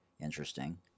Interesting